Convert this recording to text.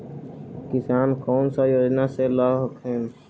किसान कोन सा योजना ले स कथीन?